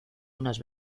unas